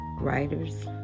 writers